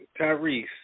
Tyrese